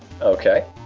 Okay